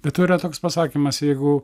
be to yra toks pasakymas jeigu